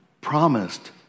promised